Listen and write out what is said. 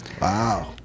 Wow